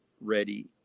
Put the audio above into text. ready